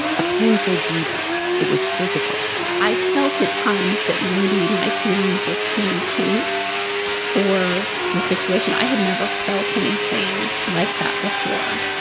a pain so deep it was physical i felt at times that maybe my feelings were too intense for the situation. i had never felt anything like that before,